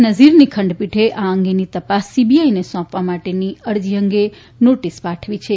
નઝીરની ખંડપીઠે આ અંગેની તપાસ સીબીઆઇને સોંપવા માટેની અરજી અંગે નોટીસ પાઠવી છે